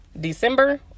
December